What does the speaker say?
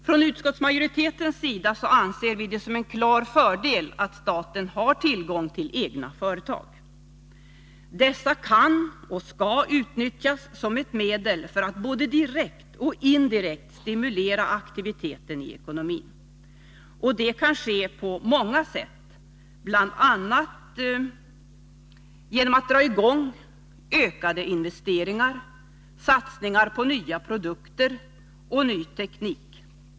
Från utskottsmajoritetens sida anser vi det som en klar fördel att staten har tillgång till egna företag. Dessa kan och skall utnyttjas som ett medel för att både direkt och indirekt stimulera aktiviteten i ekonomin. Det kan ske på många sätt, bl.a. genom att man drar i gång ökade investeringar, satsningar på nya produkter och ny teknik.